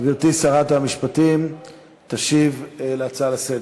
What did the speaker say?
גברתי שרת המשפטים תשיב על ההצעה לסדר-היום.